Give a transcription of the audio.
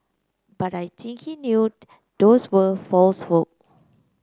but I think he knew those were false hope